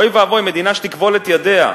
אוי ואבוי אם מדינה תכבול את ידיה,